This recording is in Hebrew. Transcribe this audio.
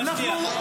מה שנייה?